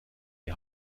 die